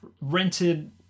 rented